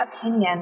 opinion